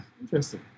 Interesting